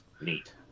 neat